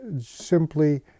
simply